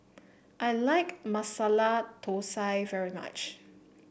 I like Masala Thosai very much